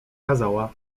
kazała